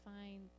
fine